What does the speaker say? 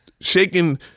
shaking